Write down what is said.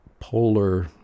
polar